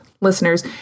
listeners